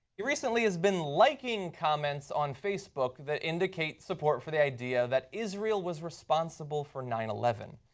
he recently has been liking comments on facebook that indicate support for the idea that israel was responsible for nine eleven.